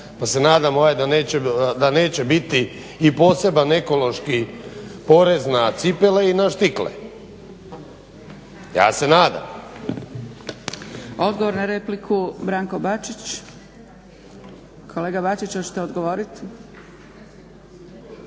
pa se nadam da neće biti i poseban ekološki porez na cipele i na štikle. Ja se nadam. **Zgrebec, Dragica (SDP)** Odgovor na repliku, Branko Bačić. Kolega Bačiću hoćete li odgovoriti?